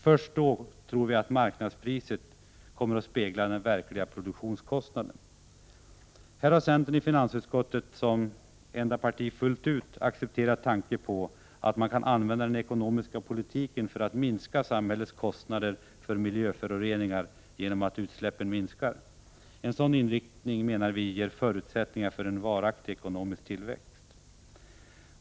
Först då tror vi att marknadspriset kommer att spegla den verkliga produktionskostnaden. Här har centern i finansutskottet, som enda parti, fullt ut accepterat tanken på att man kan använda den ekonomiska politiken för att minska samhällets kostnader för miljöföroreningar genom att utsläppen minskar. En sådan inriktning menar vi ger förutsättningar för en varaktig ekonomisk tillväxt.